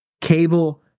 cable